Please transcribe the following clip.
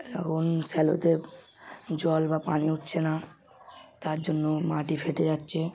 এখন শ্যালোতে জল বা পানীয় উঠছে না তার জন্য মাটি ফেটে যাচ্ছে